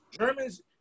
Germans